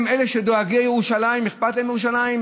הם אלה שדואגים לירושלים, שאכפת להם מירושלים?